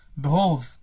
Behold